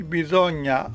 bisogna